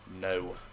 no